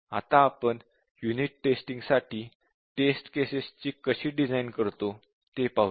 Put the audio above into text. आता आपण unit test साठी टेस्ट केसेस ची कशी डिझाईन करतो ते पाहू